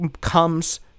comes